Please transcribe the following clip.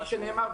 כפי שנאמר,